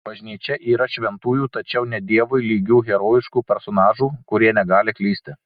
bažnyčia yra šventųjų tačiau ne dievui lygių herojiškų personažų kurie negali klysti